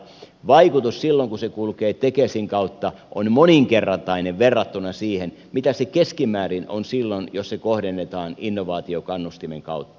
vaikutus silloin kun se kulkee tekesin kautta on moninkertainen verrattuna siihen mitä se keskimäärin on silloin jos se kohdennetaan innovaatiokannustimen kautta